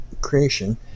creation